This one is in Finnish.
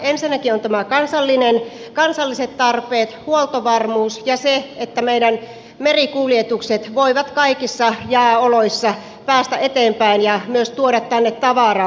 ensinnäkin on nämä kansalliset tarpeet huoltovarmuus ja se että meidän merikuljetukset voivat kaikissa jääoloissa päästä eteenpäin ja myös tuoda tänne tavaraa